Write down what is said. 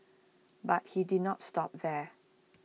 but he did not stop there